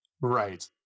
Right